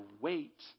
wait